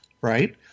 right